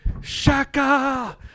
Shaka